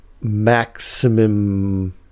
maximum